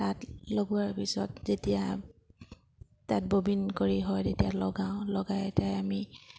তাঁত লগোৱাৰ পিছত যেতিয়া তাঁত ববিন কৰি হয় তেতিয়া লগাওঁ লগাই এতাই আমি